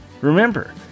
Remember